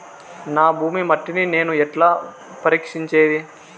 నా భూమి మట్టిని నేను ఎట్లా పరీక్షించేది?